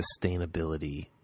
sustainability